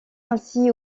ainsi